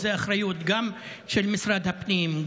זו אחריות גם של משרד הפנים,